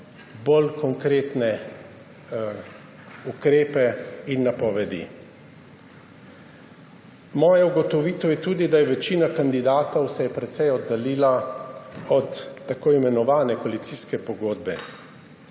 bolj konkretne ukrepe in napovedi. Moja ugotovitev je tudi, da se je večina kandidatov precej oddaljila od tako imenovane koalicijske pogodbe.